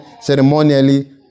ceremonially